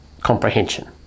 comprehension